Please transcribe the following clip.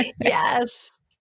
yes